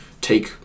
take